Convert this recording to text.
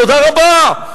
תודה רבה.